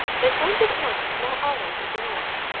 they pointed out a small island in the north,